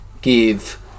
give